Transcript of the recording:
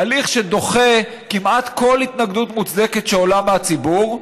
הליך שדוחה כמעט כל התנגדות מוצדקת שעולה מהציבור,